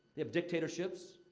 they have dictatorships,